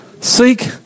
Seek